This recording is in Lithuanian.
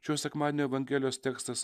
šio sekmadienio evangelijos tekstas